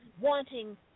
wanting